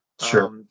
Sure